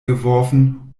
geworfen